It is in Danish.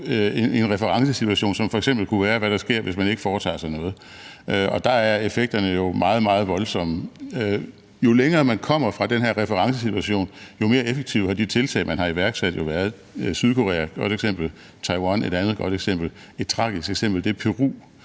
på en referencesituation, som f.eks. kunne være, hvad der sker, hvis man ikke foretager sig noget, og der er effekterne jo meget, meget voldsomme. Jo længere man kommer fra den her referencesituation, jo mere effektive har de tiltag, man har iværksat, jo været. Sydkorea er et godt eksempel, Taiwan er et andet godt eksempel. Et tragisk eksempel er Peru